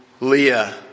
Leah